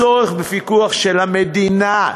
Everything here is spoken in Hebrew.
הצורך בפיקוח של המדינה,